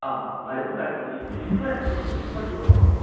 ആ മരുന്ന് ഇപ്പോൾ ഇപ്പോൾ എങ്ങനെ ഉണ്ട് ഇപ്പോൾ ഷുഗർ ഉണ്ടോ